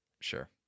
Sure